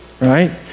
right